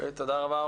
תודה רבה.